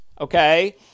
okay